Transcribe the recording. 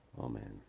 Amen